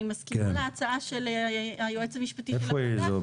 אני מסכימה להצעה של היועץ המשפטי של הוועדה,